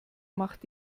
macht